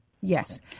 Yes